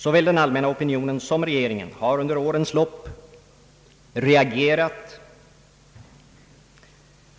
Såväl den allmänna opinionen som regeringen har under årens lopp reagerat,